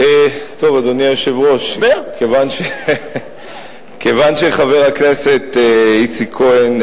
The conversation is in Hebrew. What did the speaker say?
אדוני היושב-ראש, כיוון שחבר הכנסת איציק כהן,